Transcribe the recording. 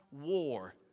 war